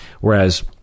Whereas